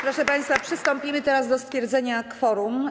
Proszę państwa, przystąpimy do stwierdzenia kworum.